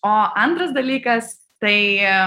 o antras dalykas tai